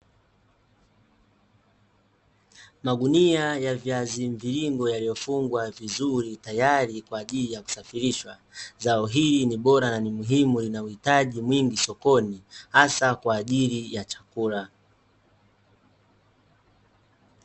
Magunia ya viazi mviringo yaliyofungwa vizuri tayari kwaajili ya kusafirishwa. Zao hili ni bora na ni muhimu inauhitaji mwingi sokoni hasa kwaajili ya chakula.